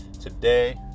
today